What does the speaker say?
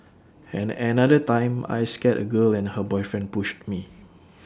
and another time I scared A girl and her boyfriend pushed me